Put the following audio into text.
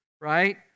right